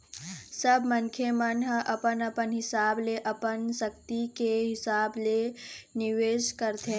सब मनखे मन ह अपन अपन हिसाब ले अपन सक्ति के हिसाब ले निवेश करथे